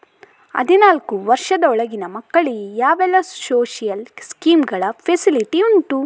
ಹದಿನಾಲ್ಕು ವರ್ಷದ ಒಳಗಿನ ಮಕ್ಕಳಿಗೆ ಯಾವೆಲ್ಲ ಸೋಶಿಯಲ್ ಸ್ಕೀಂಗಳ ಫೆಸಿಲಿಟಿ ಉಂಟು?